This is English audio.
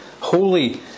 holy